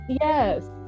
yes